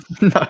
No